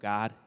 God